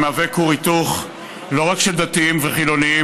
ומהווה כור היתוך לא רק של דתיים וחילונים,